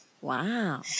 Wow